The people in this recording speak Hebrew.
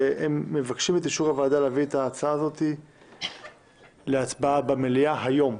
והם מבקשים את אישור הוועדה להביא את ההצעה הזו להצבעה במליאה היום.